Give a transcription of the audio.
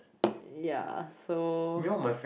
ya so